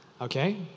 Okay